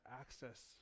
access